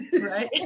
right